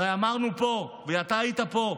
הרי אמרנו פה, ואתה היית פה: